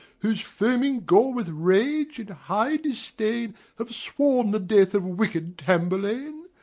whose foaming gall with rage and high disdain have sworn the death of wicked tamburlaine.